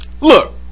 look